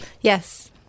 Yes